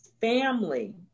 family